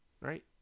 right